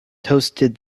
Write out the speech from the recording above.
toasted